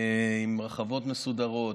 עם רחבות מסודרות,